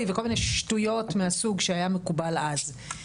וכל מיני שטויות מהסוג שהיה מקובל אז.